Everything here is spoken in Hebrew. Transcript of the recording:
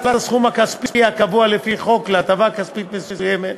הסכום הכספי הקבוע לפי החוק להטבה כספית מסוימת.